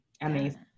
amazing